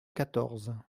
quatorze